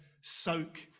soak